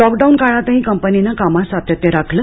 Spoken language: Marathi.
लॉक डाऊन काळातही कंपनीने कामात सात्यत्य राखले